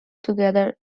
together